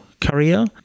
career